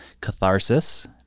catharsis